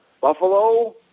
Buffalo